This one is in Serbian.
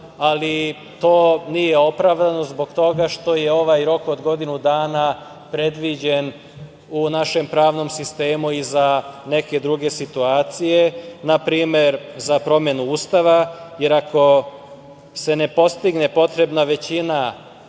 nije opravdano zbog toga što je ovaj rok od godinu dana predviđen u našem pravnom sistemu i za neke druge situacije, na primer za promenu Ustava, jer ako se ne postigne potrebna većina